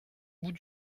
bout